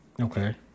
Okay